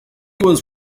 was